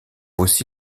aussi